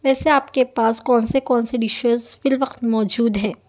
ویسے آپ کے پاس کون سے کون سے ڈشیز فی الوقت موجود ہیں